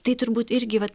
tai turbūt irgi vat